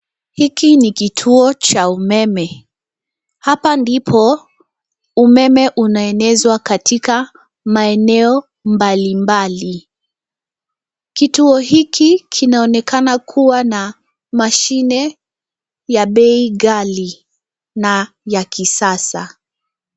Hiki ni kituo cha umeme. Hapa ndipo, umeme unaenezwa katika maeneo mbalimbali. Kituo hiki kinaonekana kuwa na mashine ya bei ghali na ya kisasa.